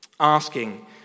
Asking